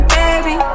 baby